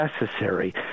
necessary